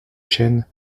chêne